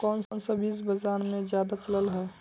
कोन सा बीज बाजार में ज्यादा चलल है?